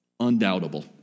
undoubtable